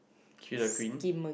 kill the queen